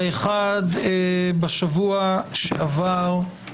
האחד, בשבוע שעבר,